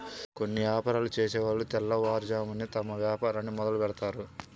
కొన్ని యాపారాలు చేసేవాళ్ళు తెల్లవారుజామునే తమ వ్యాపారాన్ని మొదలుబెడ్తారు